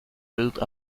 built